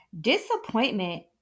Disappointment